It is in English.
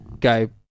go